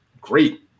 great